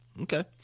Okay